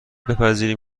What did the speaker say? بپذیریم